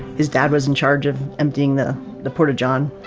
his dad was in charge of emptying the the porta-john.